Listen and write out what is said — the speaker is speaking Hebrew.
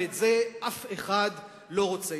ואת זה אף אחד לא רוצה.